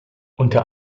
unter